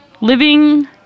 living